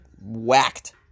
whacked